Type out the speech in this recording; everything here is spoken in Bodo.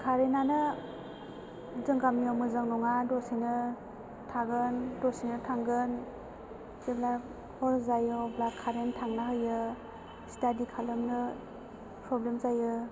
खारेन्टआनो जों गामियाव मोजां नङा दसेनो थागोन दसेनो थांगोन जेब्ला हर जायो अब्ला खारेन्ट थांना होयो स्टाडि खालामनो प्रब्लेम जायो